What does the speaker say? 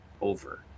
over